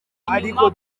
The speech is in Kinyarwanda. ariko